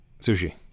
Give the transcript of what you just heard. Sushi